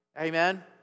Amen